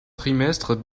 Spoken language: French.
trimestre